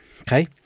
okay